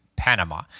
Panama